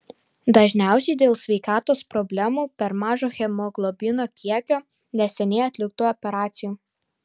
dažniausiai dėl sveikatos problemų per mažo hemoglobino kiekio neseniai atliktų operacijų